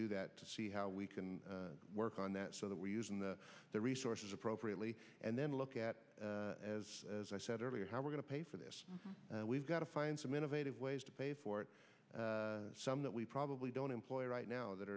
do that to see how we can work on that so that we use in the the resources appropriately and then look at as as i said earlier how we're going to pay for this we've got to find some innovative ways to pay for it some that we probably don't employ right now that